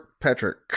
Patrick